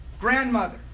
Grandmother